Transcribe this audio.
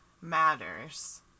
matters